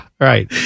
right